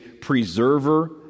preserver